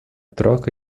troca